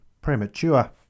premature